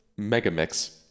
Megamix